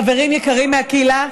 חברים יקרים מהקהילה,